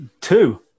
Two